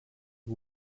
who